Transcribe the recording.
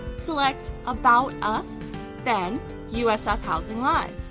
select about us then usf housing live!